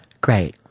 Great